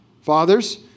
Fathers